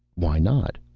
why not?